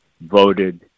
voted